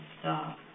stop